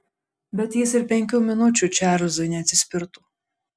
bet jis ir penkių minučių čarlzui neatsispirtų